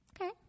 okay